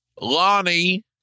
Lonnie